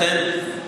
לכן,